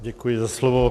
Děkuji za slovo.